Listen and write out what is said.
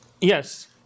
Yes